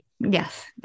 yes